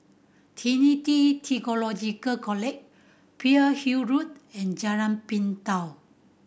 Trinity Theological College Pearl's Hill Road and Jalan Pintau